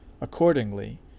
Accordingly